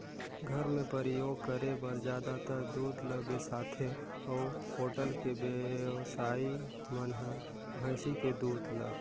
घर मे परियोग करे बर जादातर दूद ल बेसाथे अउ होटल के बेवसाइ मन हर भइसी के दूद ल